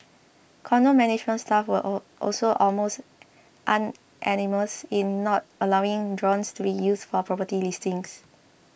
condo management staff were all also almost unanimous in not allowing drones to be used for property listings